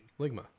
Ligma